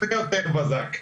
בזק.